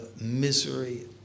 misery